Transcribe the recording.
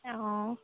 অঁ